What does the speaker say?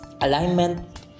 alignment